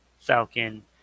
Falcon